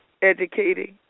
Educating